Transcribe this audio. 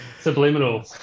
Subliminal